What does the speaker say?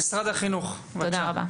תודה רבה.